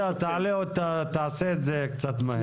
תעשה את זה קצת מהר.